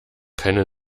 keine